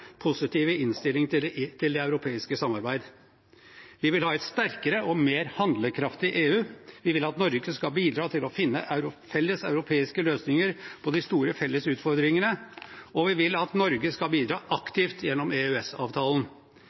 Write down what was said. innstilling til det europeiske samarbeid. Vi vil ha et sterkere og mer handlekraftig EU. Vi vil at Norge skal bidra til å finne felles europeiske løsninger på de store felles utfordringene, og vi vil at Norge skal bidra aktivt gjennom